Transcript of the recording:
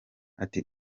ati